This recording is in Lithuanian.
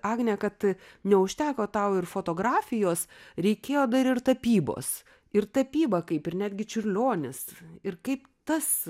agne kad neužteko tau ir fotografijos reikėjo dar ir tapybos ir tapyba kaip ir netgi čiurlionis ir kaip tas